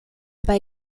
bei